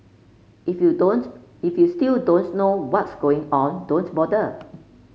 if you don't if you still don't know what's going on don't bother